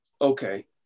Okay